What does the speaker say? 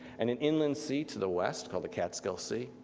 and an inland sea to the west, called the catskill sea.